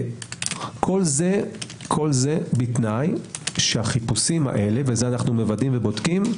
כל זה בתנאי שהחיפושים האלה וזה אנו מוודאים ובודקים,